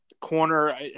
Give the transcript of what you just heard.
corner